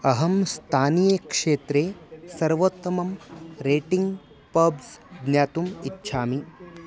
अहं स्थानीयक्षेत्रे सर्वोत्तमं रेटिङ्ग् पब्स् ज्ञातुम् इच्छामि